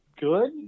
good